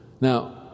Now